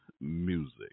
Music